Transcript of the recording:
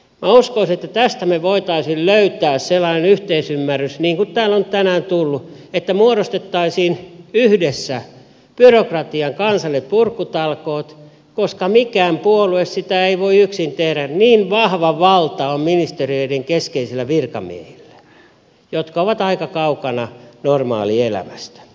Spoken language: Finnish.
minä uskoisin että tästä me voisimme löytää sellaisen yhteisymmärryksen niin kuin täällä on tänään tullut että muodostettaisiin yhdessä byrokratian kansalliset purkutalkoot koska mikään puolue sitä ei voi yksin tehdä niin vahva valta on ministeriöiden keskeisillä virkamiehillä jotka ovat aika kaukana normaalielämästä